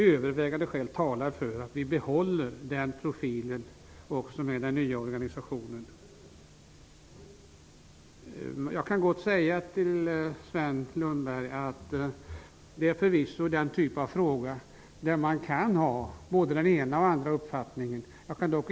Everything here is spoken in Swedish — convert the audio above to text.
Övervägande skäl talar för att vi bör behålla den profilen också med den nya organisationen. Jag kan gott säga till Sven Lundberg att detta förvisso är en typ av fråga som man kan ha både den ena och den andra uppfattningen om.